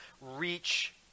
reach